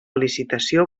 licitació